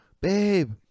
babe